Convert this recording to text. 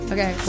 Okay